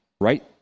right